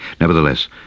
Nevertheless